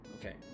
Okay